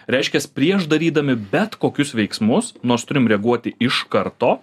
reiškias prieš darydami bet kokius veiksmus nors turim reaguoti iš karto